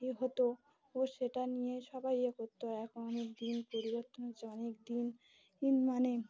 ইয়ে হতো ও সেটা নিয়ে সবাই ইয়ে করতো এখন অনেক দিন পরিবর্তন হচ্ছে অনেক দিন মানে